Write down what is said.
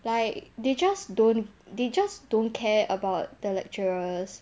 like they just don't they just don't care about the lecturers